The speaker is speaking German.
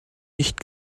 nicht